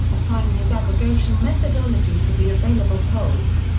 applying his aggregation methodology to the available polls.